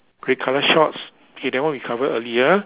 red colour shorts okay that one we covered earlier